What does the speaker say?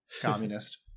communist